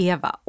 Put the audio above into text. Eva